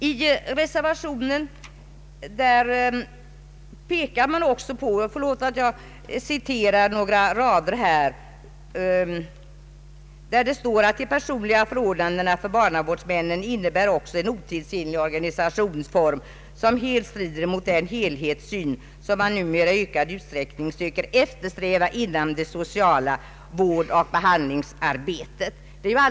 I reservationen sägs: ”De personliga förordnandena för barnavårdsmännen innebär också en otidsenlig organisationsform som helt strider mot den helhetssyn som man numera i ökad utsträckning söker eftersträva inom det sociala vårdoch behandlingsarbetet.